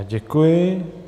Děkuji.